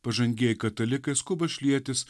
pažangieji katalikai skuba šlietis